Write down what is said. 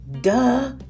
duh